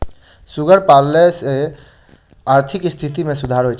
सुगर पालन सॅ आर्थिक स्थिति मे सुधार होइत छै